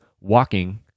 walking